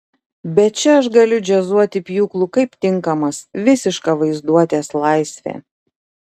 bet čia aš galiu džiazuoti pjūklu kaip tinkamas visiška vaizduotės laisvė